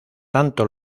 tanto